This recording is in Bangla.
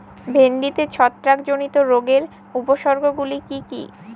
ভিন্ডিতে ছত্রাক জনিত রোগের উপসর্গ গুলি কি কী?